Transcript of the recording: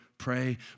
pray